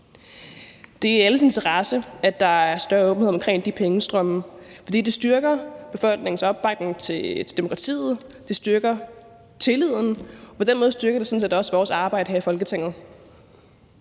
Det er i alles interesse, at der er større åbenhed omkring de pengestrømme, for det styrker befolkningens opbakning til demokratiet, det styrker tilliden, og på den måde styrker det sådan set også vores arbejde her i Folketinget.